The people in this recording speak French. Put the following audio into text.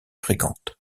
fréquentes